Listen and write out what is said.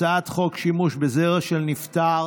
הצעת חוק שימוש בזרע של נפטר